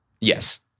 yes